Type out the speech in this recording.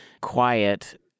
quiet